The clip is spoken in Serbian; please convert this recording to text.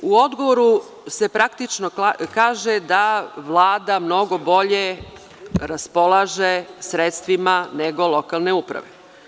U odgovoru se praktično kaže da Vlada mnogo bolje raspolaže sredstvima, nego lokalne uprave.